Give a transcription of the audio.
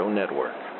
Network